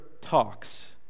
talks